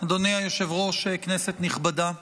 אדוני היושב-ראש, כנסת נכבדה,